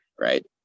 Right